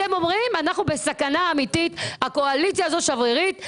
אתם אומרים: אנחנו בסכנה אמיתית והקואליציה הזאת שברירית.